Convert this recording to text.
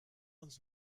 uns